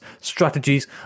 strategies